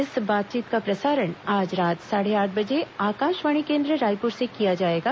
इस बातचीत का प्रसारण आज रात साढ़े आठ बजे आकाशवाणी केन्द्र रायपुर से किया जाएगा